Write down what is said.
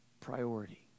Priority